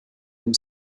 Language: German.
dem